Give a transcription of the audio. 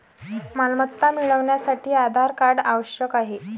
मालमत्ता मिळवण्यासाठी आधार कार्ड आवश्यक आहे